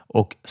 och